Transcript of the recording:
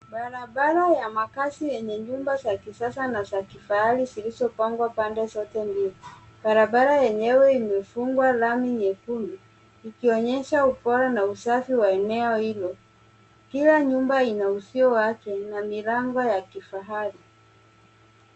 Barabara ya makaazi yenye nyumba za kisasa na za kifahari zilizopangwa pande zote mbili. Barabara yenyewe imefungwa lami nyekundu ikionyesha ubora na usafi wa eneo hilo. Pia nyumba inauziwa watu, ina milango ya kifahari.